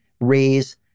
raise